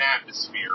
atmosphere